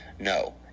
no